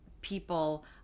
people